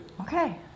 Okay